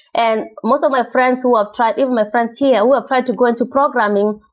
and most of my friends who have tried, even my friends here who applied to go into programming,